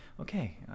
okay